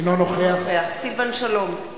אינו נוכח סילבן שלום,